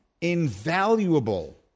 invaluable